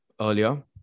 earlier